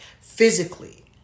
physically